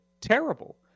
terrible